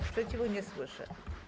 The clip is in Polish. Sprzeciwu nie słyszę.